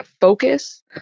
focus